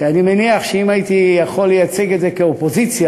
אני מניח שאם הייתי יכול לייצג את זה כאופוזיציה,